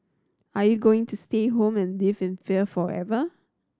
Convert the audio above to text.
are you going to stay home and live in fear forever